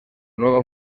nueva